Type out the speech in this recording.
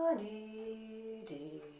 ah the